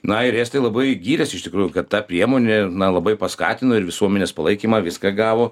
na ir estai labai gyrės iš tikrųjų kad ta priemonė na labai paskatino ir visuomenės palaikymą viską gavo